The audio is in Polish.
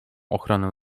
ochronę